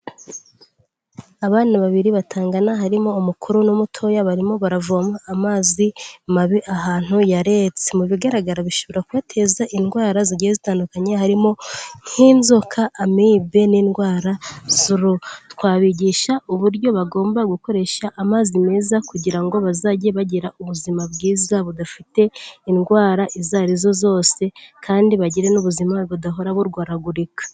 Abana babiri batangana harimo umukuru n'umutoya, barimo baravoma amazi mabi ahantu yaretse, mu bigaragara bishobora kubateza indwara zigiye zitandukanye, harimo nk'inzoka, amibe n'indwara z'uruhu. Twabigisha uburyo bagomba gukoresha amazi meza kugira ngo bazajye bagira ubuzima bwiza budafite indwara izo ari zo zose, kandi bagire n'ubuzima budahora burwaragurika.